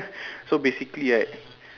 so basically right